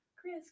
Chris